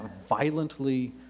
violently